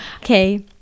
Okay